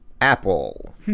apple